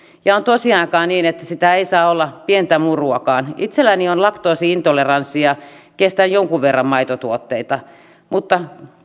ja on tosiaankin niin että sitä ei saa olla pientä muruakaan itselläni on laktoosi intoleranssi ja kestän jonkun verran maitotuotteita mutta